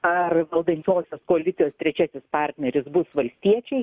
ar valdančiosios koalicijos trečiasis partneris bus valstiečiai